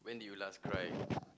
when did you last cry